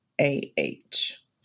A-H